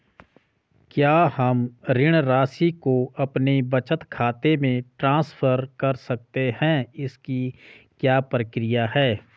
क्या हम ऋण राशि को अपने बचत खाते में ट्रांसफर कर सकते हैं इसकी क्या प्रक्रिया है?